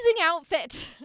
outfit